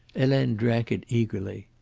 helene drank it eagerly.